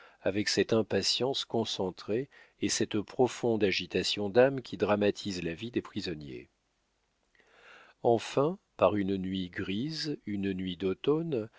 avec cette impatience concentrée et cette profonde agitation d'âme qui dramatisent la vie des prisonniers enfin par une nuit grise une nuit d'automne